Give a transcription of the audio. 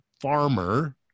farmer